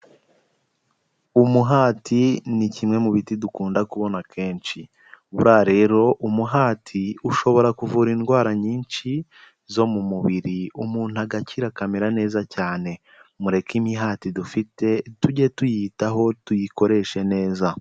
Umuhati ni kimwe mu biti dukunda kubona kenshi buriya rero umuhati ushobora kuvura indwara nyinshi zo mu mubiri umuntu agakira akamera neza cyane, mureke imihati dufite tujye tuyitaho tuyikoreshe neza.